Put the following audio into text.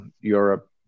Europe